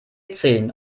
zehn